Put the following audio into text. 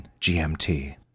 GMT